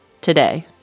today